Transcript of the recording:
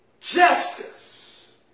Justice